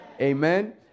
Amen